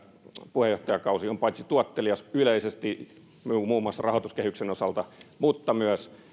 puheenjohtajakausi olisi tuottelias paitsi yleisesti muun muassa rahoituskehyksen osalta myös